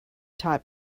taught